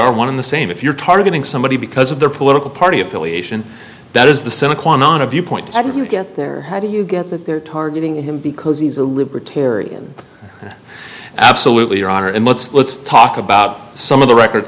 are one in the same if you're targeting somebody because of their political party affiliation that is the viewpoint i didn't get there how do you get that they're targeting him because he's a libertarian absolutely your honor and let's let's talk about some of the record